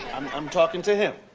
i'm i'm talking to him.